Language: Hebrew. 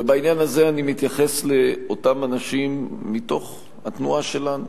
ובעניין הזה אני מתייחס לאותם אנשים מתוך התנועה שלנו